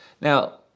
Now